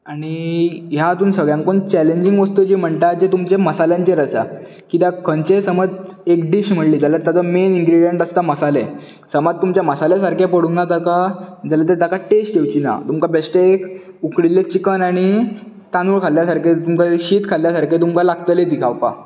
आनी ह्या हातूंत सगळ्यांकून चॅलेंजींग वस्तू जी म्हणटा ती तुमच्या मसाल्यांचेर आसा कित्याक खंयचेय समज एक डीश म्हणली जाल्यार ताचो मेन इंग्रीडियंट आसता मसाले समज तुमचे मसाले सारके पडूंक ना ताका जाल्यार ताका ती टेस्ट येवची ना तुमकां बेश्टे एक उकडील्लें चिकन आनी तांदूळ खाल्या सारकें तुमकां तें शीत खाल्या सारकें तुमकां लागतली ती खावपाक